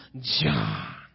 John